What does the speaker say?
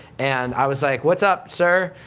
and i was like what's up, sir?